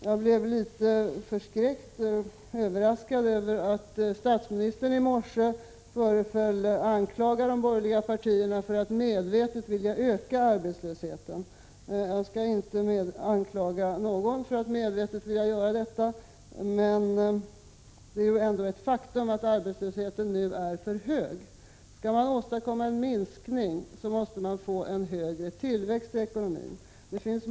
Jag blev litet överraskad över att statsministern i morse föreföll anklaga de borgerliga partierna för att medvetet vilja öka arbetslösheten. För min del skall jag inte anklaga någon för att medvetet vilja göra detta, men det är ändå ett faktum att arbetslösheten för närvarande är för hög. Skall man åstadkomma en minskning måste man få en högre tillväxt i ekonomin.